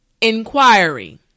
inquiry